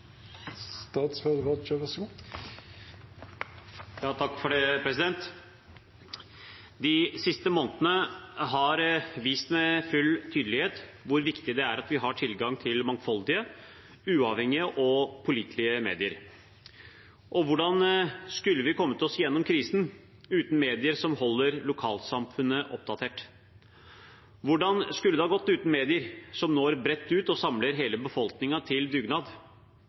at vi har tilgang til mangfoldige, uavhengige og pålitelige medier. Hvordan skulle vi kommet oss gjennom krisen uten medier som holder lokalsamfunnet oppdatert? Hvordan skulle det gått uten medier som når bredt ut og samler hele befolkningen til dugnad?